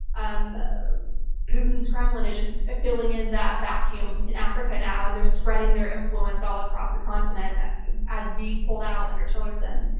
um putin's kremlin is just ah filling in that vacuum in africa now and they're spreading their influence all across the continent as we pulled out under tillerson.